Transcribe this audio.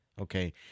Okay